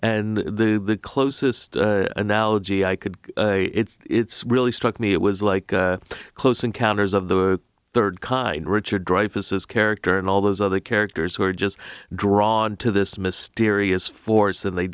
and the closest analogy i could it's really struck me it was like close encounters of the third kind richard dreyfus is character and all those other characters who are just drawn to this mysterious force and they